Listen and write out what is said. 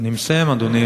אני מסיים, אדוני.